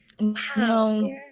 No